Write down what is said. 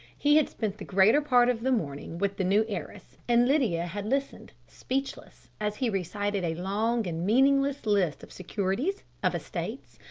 he had spent the greater part of the morning with the new heiress, and lydia had listened, speechless, as he recited a long and meaningless list of securities, of estates,